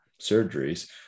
surgeries